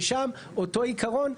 ששם אותו עיקרון,